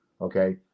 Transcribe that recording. Okay